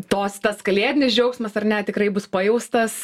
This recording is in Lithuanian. tos tas kalėdinis džiaugsmas ar ne tikrai bus pajaustas